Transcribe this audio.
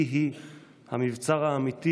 היא-היא המבצר האמיתי